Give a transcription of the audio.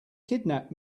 kidnap